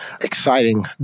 exciting